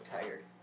tired